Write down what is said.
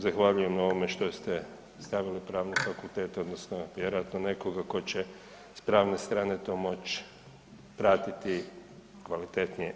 Zahvaljujem na ovome što ste stavili Pravni fakultet odnosno vjerojatno nekoga tko će s pravne strane to moći pratiti kvalitetnije.